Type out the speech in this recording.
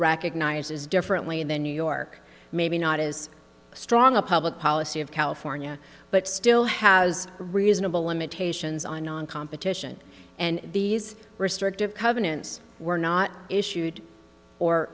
recognizes differently in the new york maybe not as strong a public policy of california but still has reasonable limitations on non competition and these restrictive covenants were not issued or